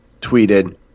tweeted